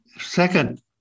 Second